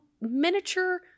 miniature